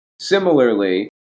Similarly